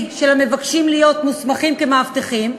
של המבקשים להיות מוסמכים כמאבטחים,